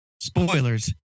Spoilers